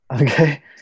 Okay